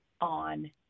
on